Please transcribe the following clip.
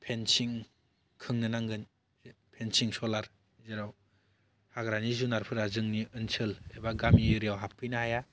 fencing खोंनो नांगोन फेनसिं सलार जेराव हाग्रानि जुनारफोरा जोंनि ओनसोल एबा गामि एरियायाव हाबफैनो हाया